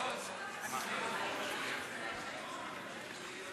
חבר הכנסת חיים ילין, חיים, אני צריך את הסכמתך.